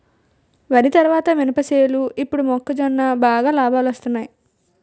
వరి తరువాత మినప సేలు ఇప్పుడు మొక్కజొన్న బాగా లాబాలొస్తున్నయ్